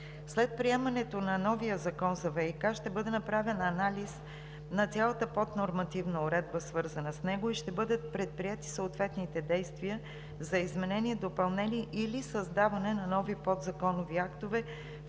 След приемането на новия закон за ВиК ще бъде направен анализ на цялата поднормативна уредба, свързана с него, и ще бъдат предприети съответните действия за изменение и допълнение или създаване на нови подзаконови актове,